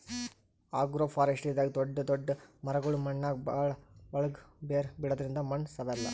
ಅಗ್ರೋಫಾರೆಸ್ಟ್ರಿದಾಗ್ ದೊಡ್ಡ್ ದೊಡ್ಡ್ ಮರಗೊಳ್ ಮಣ್ಣಾಗ್ ಭಾಳ್ ಒಳ್ಗ್ ಬೇರ್ ಬಿಡದ್ರಿಂದ್ ಮಣ್ಣ್ ಸವೆಲ್ಲಾ